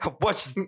Watch